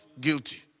guilty